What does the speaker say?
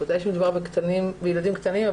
ודאי כשמדובר בילדים קטנים,